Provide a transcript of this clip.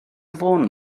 fôn